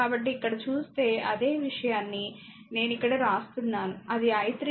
కాబట్టి ఇక్కడ చూస్తే అదే విషయాన్ని నేను ఇక్కడ రాస్తున్నాను అది i3 i1 0